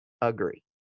agree